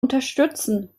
unterstützen